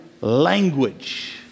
language